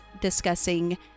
discussing